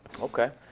Okay